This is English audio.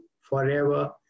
forever